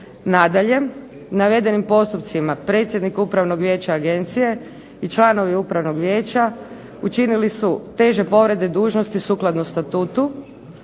Nadalje, navedenim postupcima, predsjednik Upravnog vijeća agencije i članovi upravnog vijeća učinili su teže povrede dužnosti sukladno statutu,